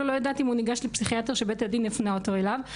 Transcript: לא יודעת אם הוא ניגש לפסיכיאטר שבית הדין הפנה אותו אליו,